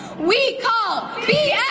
we call b yeah